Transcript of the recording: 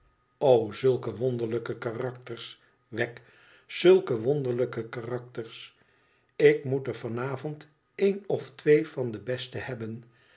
zulke wonderlijke karakters wegg zulke wonderlijke karakters ik moet er van avond een of twee van de beste hebben